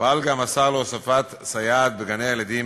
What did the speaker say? פעל השר גם להוספת סייעת בגני-הילדים,